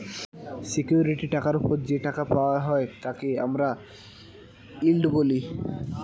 security টাকার ওপর যে টাকা পাওয়া হয় তাকে আমরা ইল্ড বলি